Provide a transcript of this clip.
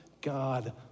God